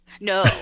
No